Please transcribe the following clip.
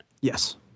Yes